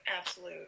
absolute